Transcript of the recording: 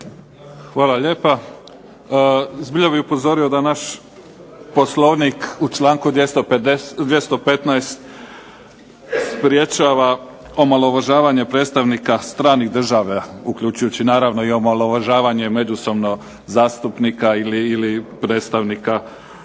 Hvala lijepa. Zbilja bih upozorio da naš Poslovnik u članku 215. sprječava omalovažavanje predstavnika stranih država, uključujući naravno i omalovažavanje međusobno zastupnika ili predstavnika